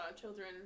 children